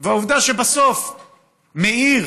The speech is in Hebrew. העובדה שבסוף מעיר